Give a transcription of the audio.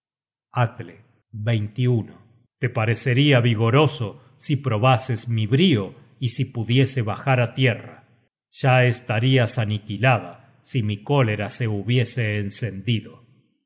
atle te pareceria vigoroso si probases mi brio y si pudiese bajar á tierra ya estarias aniquilada si mi cólera se hubiese encendido